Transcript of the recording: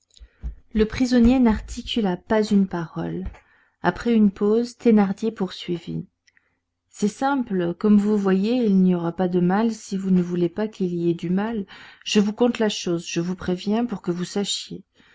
le prisonnier n'articula pas une parole après une pause thénardier poursuivit c'est simple comme vous voyez il n'y aura pas de mal si vous ne voulez pas qu'il y ait du mal je vous conte la chose je vous préviens pour que vous sachiez